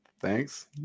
Thanks